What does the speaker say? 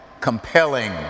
compelling